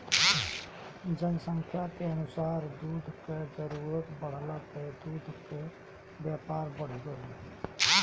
जनसंख्या के अनुसार दूध कअ जरूरत बढ़ला पअ दूध कअ व्यापार बढ़त गइल